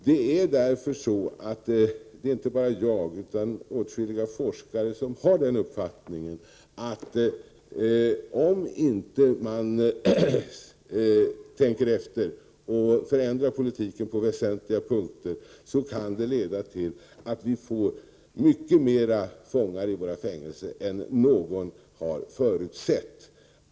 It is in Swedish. Det är inte bara jag utan också åtskilliga forskare som har den uppfattningen att det kan bli långt fler fångar i våra fängelser än någon har kunnat förutse, om man inte tänker efter och förändrar kritiken på väsentliga punkter.